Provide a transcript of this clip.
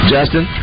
Justin